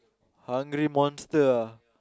hungry monster ah